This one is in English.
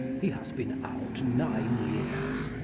he hath been out nine years,